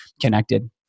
connected